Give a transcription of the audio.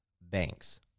banks